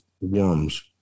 worms